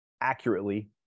accurately